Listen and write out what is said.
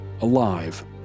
alive